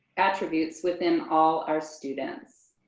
attributes within all our students.